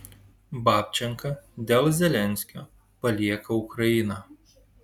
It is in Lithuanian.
babčenka dėl zelenskio palieka ukrainą